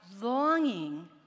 longing